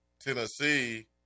Tennessee